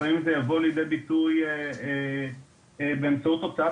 לפעמים זה יבוא לידי ביטוי באמצעות הוצאת